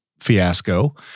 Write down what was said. fiasco